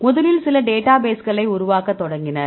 முதலில் சில டேட்டாபேஸ்களை உருவாக்கத் தொடங்கினர்